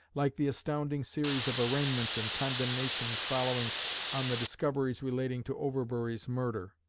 like the astounding series of arraignments and condemnations following on the discoveries relating to overbury's murder,